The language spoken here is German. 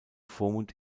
vormund